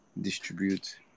distribute